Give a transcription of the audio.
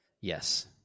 Yes